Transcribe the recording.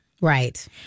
right